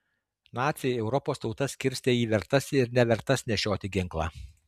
naciai europos tautas skirstė į vertas ir nevertas nešioti ginklą